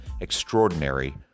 extraordinary